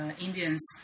Indians